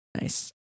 nice